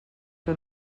que